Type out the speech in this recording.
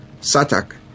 Satak